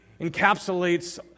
encapsulates